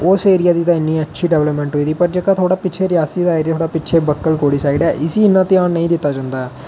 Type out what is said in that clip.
उस ऐरिया दी ते इन्नी अच्छी डिवैल्पमेंट होई दी ऐ पर जेहका थोह्डा पिच्छे रियासी दा ऐरिया बकल खोडी साइड ऐ इसी इन्ना ध्यान नेईं दित्ता जंदा ऐ